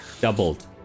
Doubled